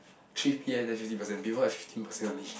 three P_M then fifty percent before that fifteen percent only